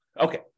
Okay